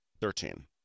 Thirteen